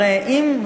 הרי אם,